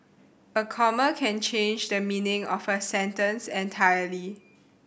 a comma can change the meaning of a sentence entirely